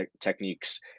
techniques